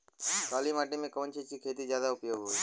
काली माटी में कवन चीज़ के खेती ज्यादा उपयोगी होयी?